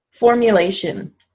Formulation